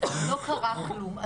לא קרה כלום.